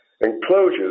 Enclosures